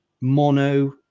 mono